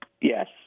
Yes